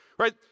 right